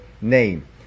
name